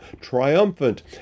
triumphant